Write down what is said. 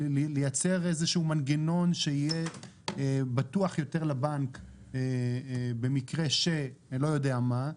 לייצר איזה שהוא מנגנון שיהיה בטוח יותר לבנק במקרה שלא יודע מה,